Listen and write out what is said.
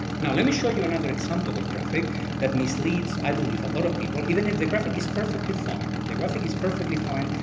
now let me show you another example of a graphic that misleads, i believe, a lot of people, even if the graphic is perfectly fine. the graphic is perfectly fine,